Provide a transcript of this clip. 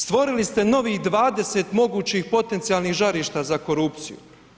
Stvorili ste novih 20 mogućih potencijalnih žarišta za korupciju.